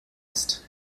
ist